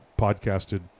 podcasted